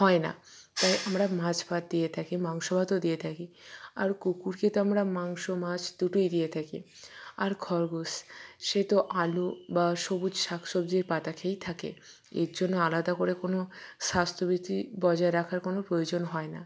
হয় না তাই আমরা মাছ ভাত দিয়ে থাকি মাংস ভাতও দিয়ে থাকি আর কুকুরকে তো আমরা মাংস মাছ দুটোই দিয়ে থাকি আর খরগোশ সে তো আলু বা সবুজ শাক সবজির পাতা খেয়েই থাকে এর জন্য আলাদা করে কোন স্বাস্থ্যবিধি বজায় রাখার কোন প্রয়োজন হয় না